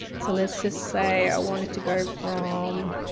so let's just say i wanted to go from